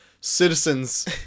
citizens